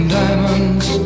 diamonds